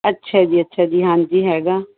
ਅੱਛਾ ਜੀ ਅੱਛਾ ਜੀ ਹਾਂਜੀ ਹੈਗਾ